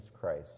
Christ